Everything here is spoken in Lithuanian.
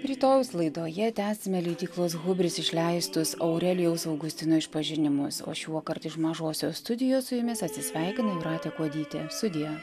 rytojaus laidoje tęsiame leidyklos hubris išleistus aurelijaus augustino išpažinimus o šiuokart iš mažosios studijos su jumis atsisveikina jūratė kuodytė sudie